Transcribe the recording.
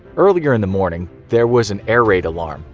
earlier in the morning, there was an air raid alarm,